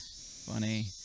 Funny